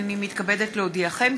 הינני מתכבדת להודיעכם,